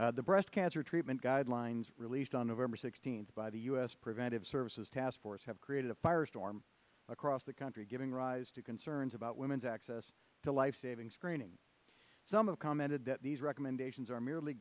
the breast cancer treatment guidelines released on november sixteenth by the u s preventive services task force have created a firestorm across the country giving rise to concerns about women's access to lifesaving screening some of commented that these recommendations are merely